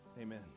Amen